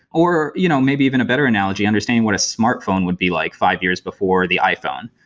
or you know maybe even a better analogy, understanding what a smartphone would be like five years before the iphone.